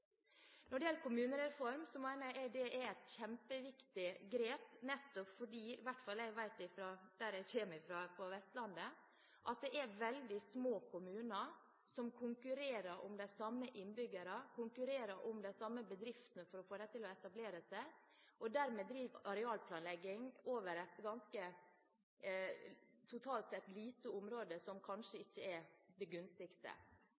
Når det gjelder kommunereform, mener jeg den er et kjempeviktig grep. Det vet jeg fra i hvert fall der jeg kommer fra på Vestlandet. Der er det veldig små kommuner som konkurrerer om de samme innbyggerne og om de samme bedriftene, for å få dem til å etablere seg der, og dermed driver arealplanlegging over et totalt sett lite område, som kanskje ikke er det gunstigste.